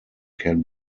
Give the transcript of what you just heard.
can